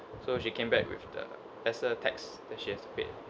so she came back with the lesser tax that she has to pay